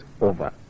over